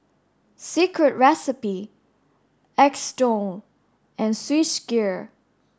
Secret Recipe Xndo and Swissgear